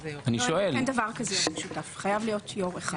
אין דבר כזה יו"ר משותף חייב להיות יו"ר אחד,